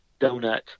donut